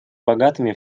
богатыми